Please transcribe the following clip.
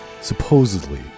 supposedly